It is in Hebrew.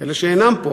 אלה שאינם פה,